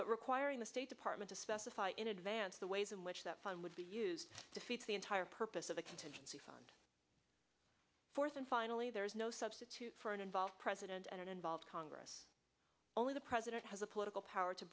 but requiring the state department to specify in advance the ways in which that fund would be used to feed the entire purpose of the contingency fund force and finally there is no substitute for an involved president and an involved congress only the president has a political power to